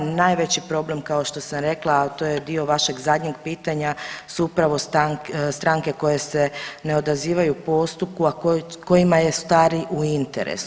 Najveći problem kao što sam rekla, a to je dio vašeg zadnjeg pitanja su upravo stranke koje se ne odazivaju postupku, a kojima je stari u interesu.